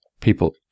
people